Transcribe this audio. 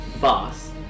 Boss